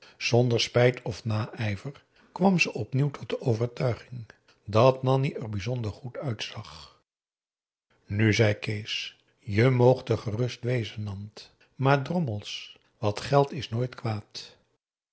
zonder spijt of naijver kwam ze opnieuw tot de overtuiging dat nanni er bijzonder goed uitzag nu zei kees je moogt er gerust wezen nant maar drommels wat geld is nooit kwaad